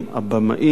הבמאים,